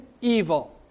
evil